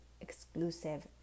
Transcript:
exclusive